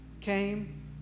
came